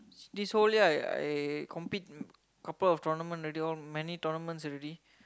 this whole year I I compete in couple of tournament already many tournaments already